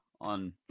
on